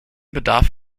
bedarf